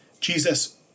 Jesus